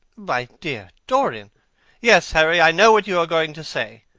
my dear dorian yes, harry, i know what you are going to say.